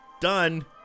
done